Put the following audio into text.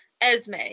Esme